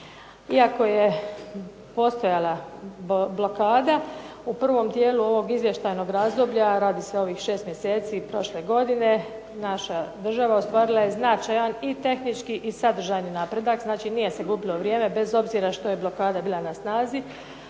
Iako je postojala blokada u prvom dijelu ovog izvještajnog razdoblja radi se o ovih 6 mjeseci prošle godine, naša država ostvarila je značajan i tehnički i sadržajni napredak. Znači nije se gubilo vrijeme bez obzira što je blokada bila na snazi,